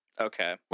Okay